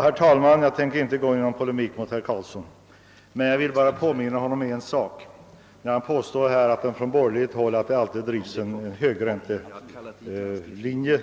Herr talman! Jag tänker inte gå i polemik mot herr Karlsson i Huddinge. Jag vill endast påminna honom om en sak när han påstår att man från borgerligt håll alltid följer en högräntelinje.